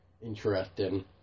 interesting